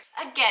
Again